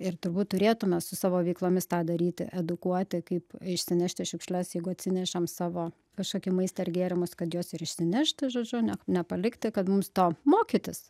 ir turbūt turėtume su savo veiklomis tą daryti edukuoti kaip išsinešti šiukšles jeigu atsinešam savo kažkokį maistą ar gėrimus kad juos ir išsinešti žodžiu ne nepalikti kad mums to mokytis